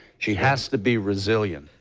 she has to be resilient.